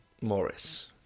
morris